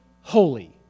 holy